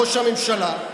ראש הממשלה,